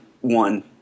one